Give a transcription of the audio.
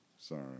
sorry